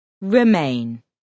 Remain